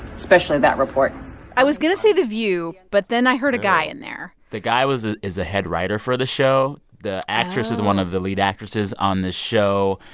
especially that report i was going to say the view, but then i heard a guy in there the guy was a is a head writer for the show oh the actress is one of the lead actresses on the show,